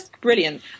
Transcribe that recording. brilliant